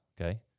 Okay